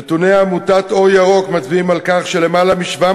נתוני עמותת "אור ירוק" מצביעים על כך שלמעלה מ-700